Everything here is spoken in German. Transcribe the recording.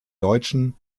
deutschen